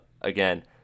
Again